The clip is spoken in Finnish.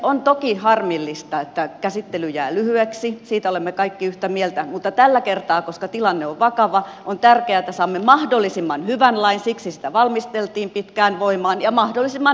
on toki harmillista että käsittely jää lyhyeksi siitä olemme kaikki yhtä mieltä mutta tällä kertaa koska tilanne on vakava on tärkeää että saamme mahdollisimman hyvän lain siksi sitä valmisteltiin pitkään voimaan ja mahdollisimman nopeasti